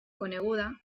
coneguda